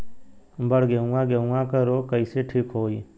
बड गेहूँवा गेहूँवा क रोग कईसे ठीक होई?